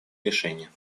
решения